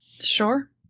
Sure